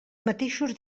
mateixos